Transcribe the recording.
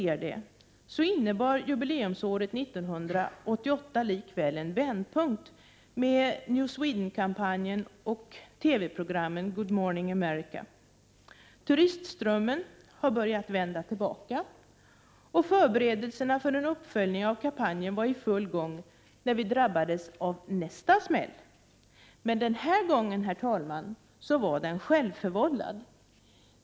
1988/89:91 jubileumsåret 1988 likväl en vändpunkt med New Sweden-kampanjen och 6 april 1989 TV-programmen Good Morning America. Turistströmmen har börjat vända tillbaka. Förberedelserna för en uppföljning av kampanjen var i full gång när vi drabbades av nästa smäll. Men den gången, herr talman, var den självförvållad.